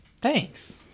Thanks